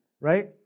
right